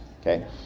okay